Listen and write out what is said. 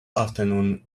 afternoon